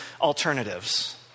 alternatives